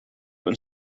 een